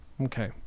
okay